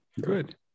Good